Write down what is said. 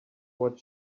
what